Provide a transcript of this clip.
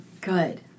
Good